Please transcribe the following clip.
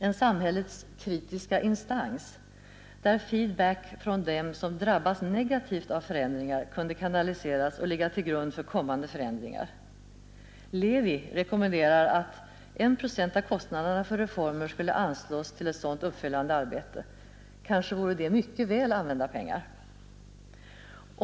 En samhällets ”kritiska instans”, där feed back från dem som drabbas negativt av förändringar kunde kanaliseras och ligga till grund för kommande förändringar. Levi rekommenderar att 1 procent av kostnaderna för reformer skulle anslås till ett sådant uppföljande arbete. Kanske vore det mycket väl använda pengar.